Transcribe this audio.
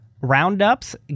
roundups